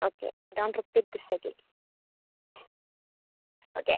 okay don't repeat this again okay